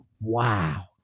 wow